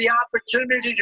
the opportunity